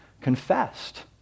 confessed